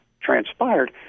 transpired